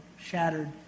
shattered